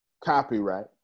copyright